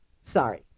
Sorry